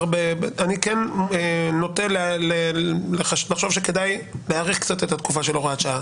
אני כן נוטה לחשוב שכדאי להאריך קצת את התקופה של הוראת השעה,